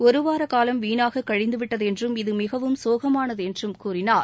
ஒருவார காலம் வீணாக கழிந்துவிட்டது என்றும் இது மிகவும் சோகமானது என்றும் கூறினார்